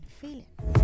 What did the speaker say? feeling